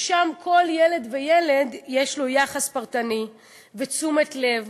ושם לכל ילד וילד יש יחס פרטני ותשומת לב